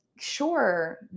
sure